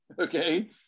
okay